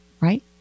right